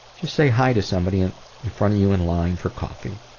just say hi to somebody and in front of you in line for coffee.